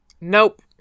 Nope